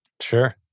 Sure